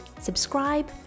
subscribe